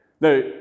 Now